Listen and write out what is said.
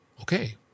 okay